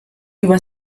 über